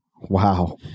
Wow